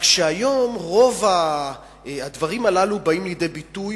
רק שהיום רוב הדברים הללו באים לידי ביטוי